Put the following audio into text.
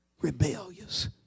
Rebellious